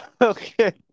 Okay